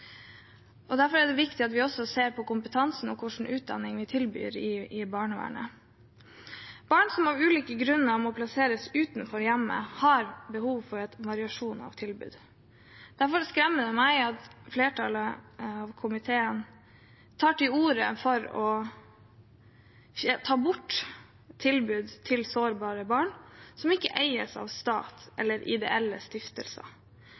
Derfor er det viktig at vi også ser på kompetansen og på hva slags utdanning vi tilbyr når det gjelder barnevernet. Barn som av ulike grunner må plasseres utenfor hjemmet, har behov for en variasjon av tilbud. Derfor skremmer det meg at flertallet i komiteen tar til orde for å ta bort tilbud til sårbare barn som ikke eies av stat eller ideelle stiftelser.